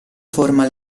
forma